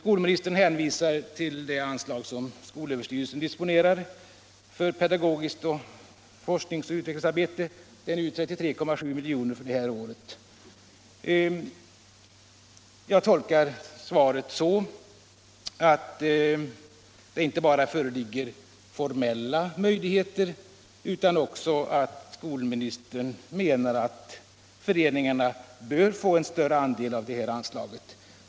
Skolministern hänvisar till det anslag som skolöverstyrelsen disponerar för pedagogiskt forskningsoch utvecklingsarbete. Anslaget uppgår till 33,7 milj.kr. för det här året och är alltså ganska stort. Jag tolkar svaret så, att det inte bara föreligger formella möjligheter att få del av detta anslag utan att skolministern också menar att föreningarna bör få en större andel av det anslaget.